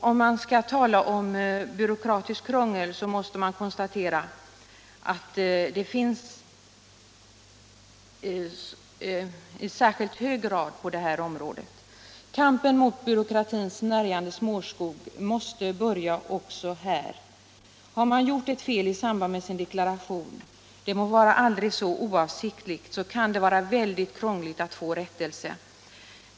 Om man skall tala om byråkratiskt krångel, så måste man konstatera att det finns i särskilt hög grad på detta område. Kampen mot byråkratins snärjande snårskog måste börjas också här. Har man gjort ett fel i samband med sin deklaration — det må vara aldrig så oavsiktligt — så kan det vara väldigt krångligt att få rättelse.